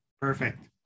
perfect